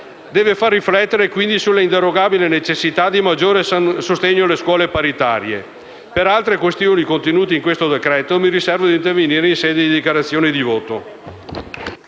deve far riflettere sulla inderogabile necessità di maggiore sostegno alle scuole paritarie. Per altre questioni contenute in questo decreto-legge mi riservo di intervenire in sede di dichiarazione di voto.